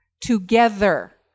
together